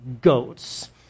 goats